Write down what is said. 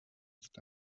ist